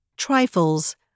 Trifles